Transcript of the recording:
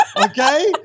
Okay